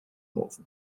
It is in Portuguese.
novo